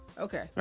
Okay